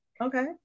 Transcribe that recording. Okay